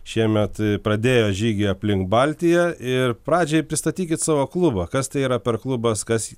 šiemet pradėjo žygį aplink baltiją ir pradžiai pristatykit savo klubą kas tai yra per klubas kas